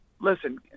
listen